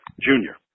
Junior